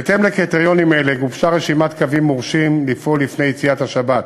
בהתאם לקריטריונים אלה גובשה רשימת קווים מורשים לפעול לפני יציאת השבת.